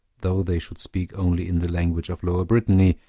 though they should speak only in the language of lower brittany,